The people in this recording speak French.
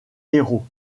héros